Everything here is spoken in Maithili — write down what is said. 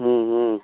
हूँ हूँ